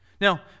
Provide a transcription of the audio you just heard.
Now